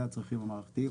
אלו הצרכים המערכתיים,